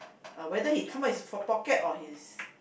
uh whether he come out is from pocket or his